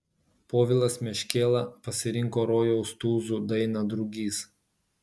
povilas meškėla pasirinko rojaus tūzų dainą drugys